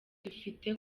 dufite